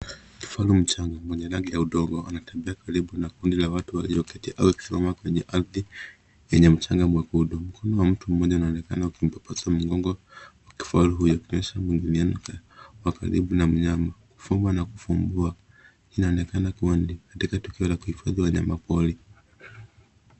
Kifaru mchanga mwenye rangi ya udongo anatembea karibu na kundi la watu walioketi au kusimama kwenye ardhi yenye mchanga mwekundu. Mkono wa mtu mmoja unaonekana ukimpapasa mgongo, huku kifaru huyo akionyesha mwingine wake wa karibu na mnyama. Kufumba na kufumbua, inaonekana kuwa ni katika tukio la kuhifadhi wanyama pori.